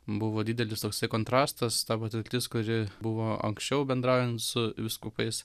buvo didelis toksai kontrastas ta patirtis kuri buvo anksčiau bendraujant su vyskupais